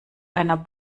einer